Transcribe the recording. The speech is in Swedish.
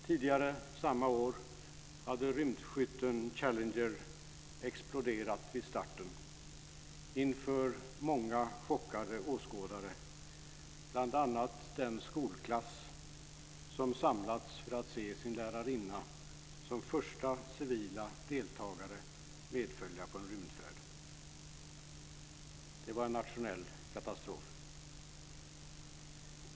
Tidigare samma år hade rymdskytteln Challenger exploderat vid starten inför många chockade åskådare - bland annat den skolklass som samlats för att se sin lärarinna som första civila deltagare medfölja på en rymdfärd. Det var en nationell katastrof.